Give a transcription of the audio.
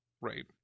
right